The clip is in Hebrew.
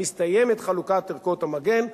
מסתיימת חלוקת ערכות המגן,